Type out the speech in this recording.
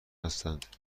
هستند